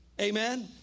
Amen